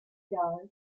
dar